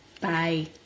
Bye